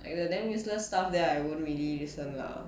like the damn useless stuff there I wouldn't really listen lah